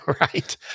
right